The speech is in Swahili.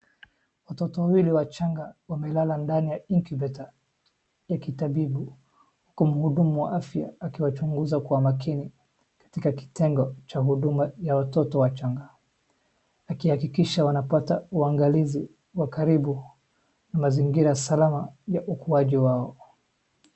Watoto wawili wachanga wamelala ndani ya incubator ya kitabibu huku mhudumu wa afya akiwachunguza kwa makini katika kitengo cha huduma ya watoto wachanga. Akihakikisha wanapata uangalizi wa karibu na mazingira salama ya ukuaji wao.